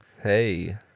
Hey